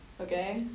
okay